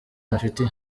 ibafitiye